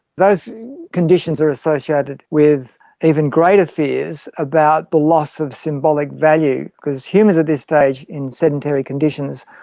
those conditions are associated with even greater fears about the loss of symbolic value. because humans at this stage, in sedentary conditions,